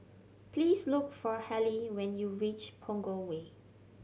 please look for Hallie when you reach Punggol Way